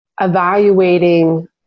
evaluating